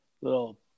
little